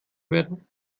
werden